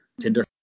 Tinder